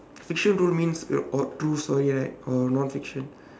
fiction don't means true story right or non fiction